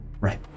Right